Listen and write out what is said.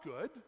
good